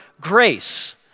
grace